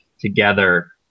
together